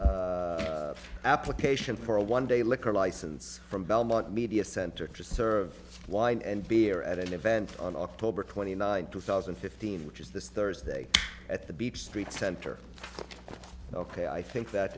agenda application for a one day liquor license from belmont media center to serve wine and beer at an event on october twenty ninth two thousand and fifteen which is this thursday at the beach street center ok i think that